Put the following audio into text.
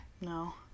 No